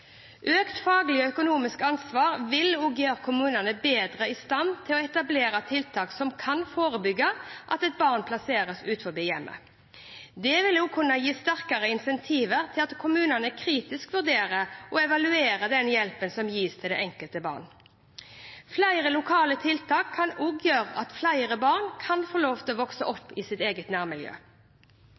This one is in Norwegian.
Økt faglig og økonomisk ansvar vil også gjøre kommunene bedre i stand til å etablere tiltak som kan forebygge at et barn plasseres utenfor hjemmet. Det vil også kunne gi sterkere incentiver til at kommunene kritisk vurderer og evaluerer hjelpen som gis til det enkelte barn. Flere lokale tiltak kan også gjøre at flere barn kan få lov til å vokse opp i sitt eget nærmiljø.